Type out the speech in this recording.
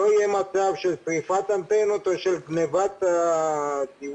שלא יהיה מצב של שריפת אנטנות או של גניבת הציוד,